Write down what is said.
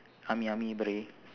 army army beret